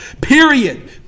Period